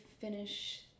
finish